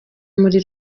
muri